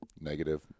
negative